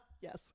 Yes